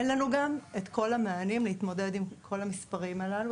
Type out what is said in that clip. אין לנו גם את כל המענים להתמודד עם כל המספרים הללו.